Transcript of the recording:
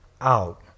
out